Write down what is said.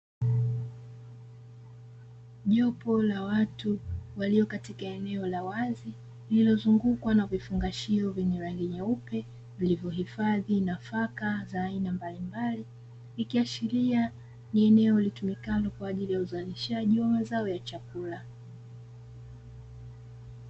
Jopo la watu walio katika eneo la wazi lililozungukwa na vifungashio vyenye rangi nyeupe vilivyohifadhi nafaka za aina mbalimbali, ikiashiria ni eneo litumikalo kwa ajili ya uzalishaji na mazao ya chakula.